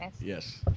Yes